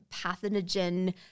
pathogen